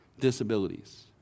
Disabilities